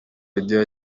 radio